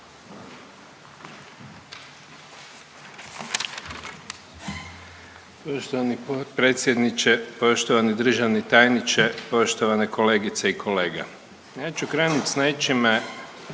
Poštovani potpredsjedniče, poštovani državni tajniče, poštovane kolegice i kolege. Ja ću krenuti s nečime